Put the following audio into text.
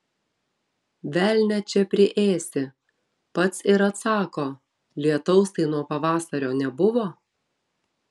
velnią čia priėsi pats ir atsako lietaus tai nuo pavasario nebuvo